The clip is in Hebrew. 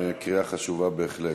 זאת קריאה חשובה ביותר.